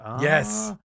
yes